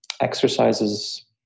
Exercises